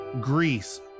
Greece